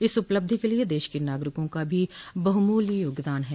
इस उपलब्धि के लिये देश के नागरिकों का भी बहुमूल्य योगदान है